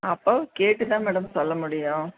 அப்போ கேட்டு தான் மேடம் சொல்லமுடியும்